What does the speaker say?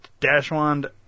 Dashwand